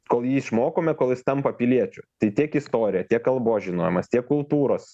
kol jį išmokome kol jis tampa piliečiu tai tiek istorija tiek kalbos žinojimas tiek kultūros